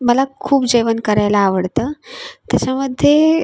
मला खूप जेवण करायला आवडतं त्याच्यामध्ये